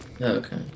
Okay